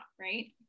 right